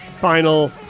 final